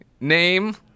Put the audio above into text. name